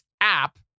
app